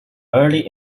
early